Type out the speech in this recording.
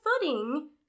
footing